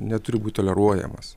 neturi būt toleruojamas